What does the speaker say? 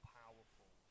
powerful